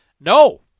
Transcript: No